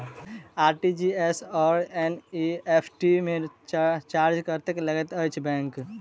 RTGS आओर NEFT मे charge कतेक लैत अछि बैंक?